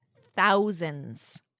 thousands